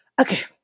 Okay